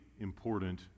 important